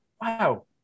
wow